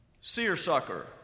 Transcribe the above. seersucker